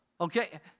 Okay